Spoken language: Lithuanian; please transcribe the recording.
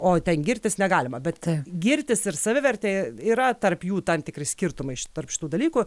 o ten girtis negalima bet girtis ir savivertė yra tarp jų tam tikri skirtumai ši tarp šitų dalykų